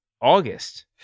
August